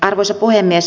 arvoisa puhemies